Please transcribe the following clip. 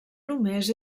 només